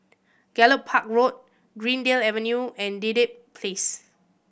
Gallop Park Road Greendale Avenue and Dedap Place